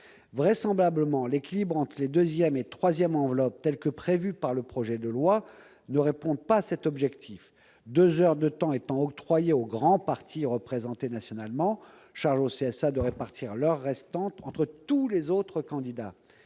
Vraisemblablement, l'équilibre entre les deuxième et troisième fractions, tel que prévu dans le projet de loi, ne répond pas à cet objectif, dans la mesure où deux heures sont octroyées aux grands partis représentés nationalement, à charge pour le CSA de répartir l'heure restante entre tous les autres candidats.